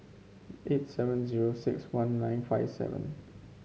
eight seven zero six one nine five seven